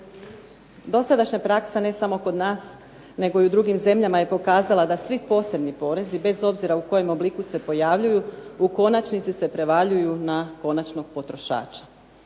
Dosadašnja praksa ne samo kod nas nego i u drugim zemljama je pokazala da svi posebni porezi bez obzira u kojem obliku se pojavljuju u konačnici se prevaljuju na konačnog potrošača.